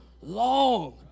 long